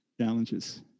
challenges